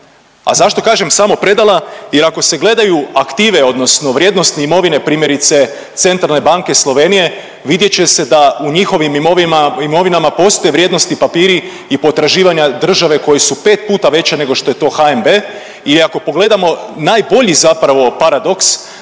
A zašto kažem samo predala? Jer ako se gledaju aktive odnosno vrijednost imovine primjerice Centralne banke Slovenije vidjet će se da u njihovim imovinama postoje vrijednosni papiri i potraživanja države koji su pet puta veća nego što je to HNB i ako pogledamo najbolji zapravo paradoks